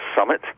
Summit